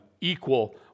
equal